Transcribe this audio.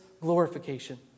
glorification